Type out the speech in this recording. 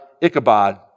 Ichabod